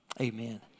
Amen